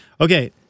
Okay